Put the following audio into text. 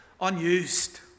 unused